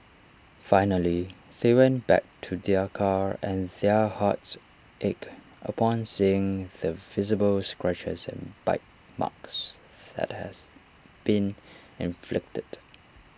finally they went back to their car and their hearts ached upon seeing the visible scratches and bite marks that has been inflicted